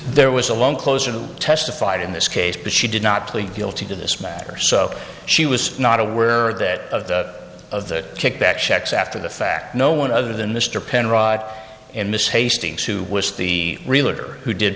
there was a long close and testified in this case but she did not plead guilty to this matter so she was not aware that of the of the kickback checks after the fact no one other than mr penrod and miss hastings who was the real or who did